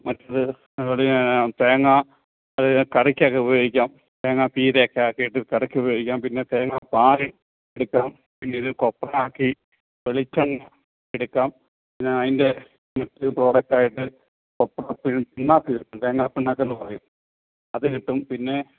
മറ്റു തേങ്ങ അത് കറിക്കൊക്കെ ഉപയോഗിക്കാം തേങ്ങാപ്പീരയൊക്കെ ആക്കിയിട്ട് കറിക്ക് ഉപയോഗിക്കാം പിന്നെ തേങ്ങാപ്പാൽ എടുക്കാം പിന്നെ ഇത് ഇത് കൊപ്ര ആക്കി വെളിച്ചെണ്ണ എടുക്കാം പിന്നെ അതിന്റെ ഇത് പ്രോഡക്റ്റ് ആയിട്ട് കൊപ്ര പിണ്ണാക്ക് കിട്ടും തേങ്ങാപ്പിണ്ണാക്ക് എന്ന് പറയും അത് കിട്ടും പിന്നെ